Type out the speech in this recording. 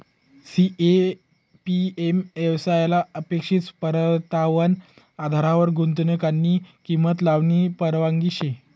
CAPM येवसायले अपेक्षित परतावाना आधारवर गुंतवनुकनी किंमत लावानी परवानगी शे